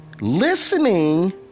listening